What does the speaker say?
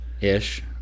ish